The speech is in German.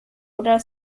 oder